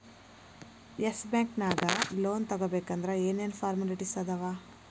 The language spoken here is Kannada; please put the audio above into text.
ಎಸ್ ಬ್ಯಾಂಕ್ ನ್ಯಾಗ್ ಲೊನ್ ತಗೊಬೇಕಂದ್ರ ಏನೇನ್ ಫಾರ್ಮ್ಯಾಲಿಟಿಸ್ ಅದಾವ?